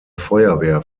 feuerwehr